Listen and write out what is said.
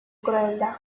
crueldad